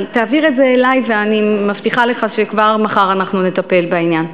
אבל תעביר את זה אלי ואני מבטיחה לך שכבר מחר אנחנו נטפל בעניין.